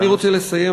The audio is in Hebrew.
ואני רוצה לסיים,